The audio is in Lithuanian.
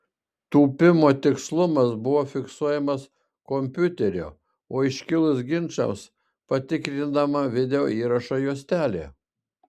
tūpimo tikslumas buvo fiksuojamas kompiuterio o iškilus ginčams patikrinama video įrašo juostelė